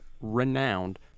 renowned